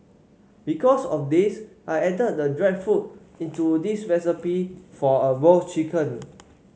because of this I added the dried fruit into this recipe for a roast chicken